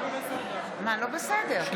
לא בסדר, אדוני היושב-ראש.